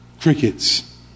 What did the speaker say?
crickets